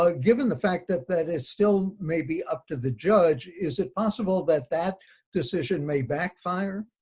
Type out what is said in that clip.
like given the fact that that is still maybe up to the judge, is it possible that that decision may backfire.